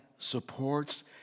Supports